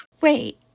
Wait